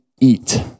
eat